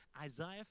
Isaiah